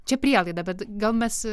čia prielaida bet gal mes